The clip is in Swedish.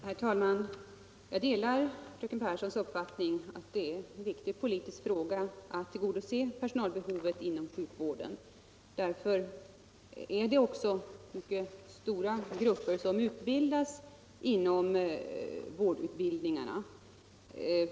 Herr talman! Jag delar fröken Pehrssons uppfattning att det är en viktig politisk fråga att tillgodose personalbehovet inom sjukvården. Därför är det också mycket stora grupper som får vårdutbildning.